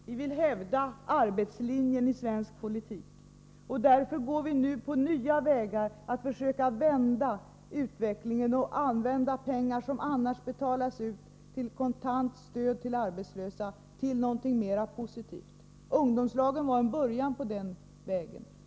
Vi vill hävda arbetslinjen i svensk politik, och därför går vi nu på nya vägar för att försöka vända utvecklingen och använda pengar som annars betalas ut i kontant stöd till arbetslösa till någonting mera positivt. Ungdomslagen var en början på den vägen.